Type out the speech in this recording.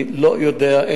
אני לא יודע.